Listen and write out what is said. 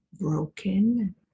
broken